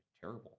terrible